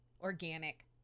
organic